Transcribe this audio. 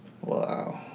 Wow